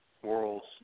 World's